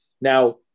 Now